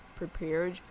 prepared